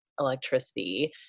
electricity